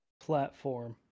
platform